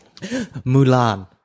Mulan